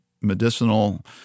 medicinal